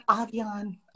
avian